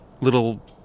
little